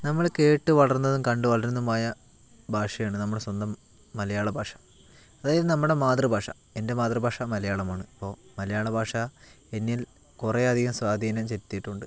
നമ്മള് കേട്ടു വളർന്നതും കണ്ടു വളർന്നതുമായ ഭാഷയാണ് നമ്മുടെ സ്വന്തം മലയാള ഭാഷ അതായത് നമ്മുടെ മാതൃ ഭാഷ എൻ്റെ മാതൃ ഭാഷ മലയാളമാണ് അപ്പോൾ മലയാള ഭാഷ എന്നിൽ കുറെയധികം സ്വാധീനം ചെലുത്തിയിട്ടുണ്ട്